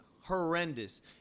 horrendous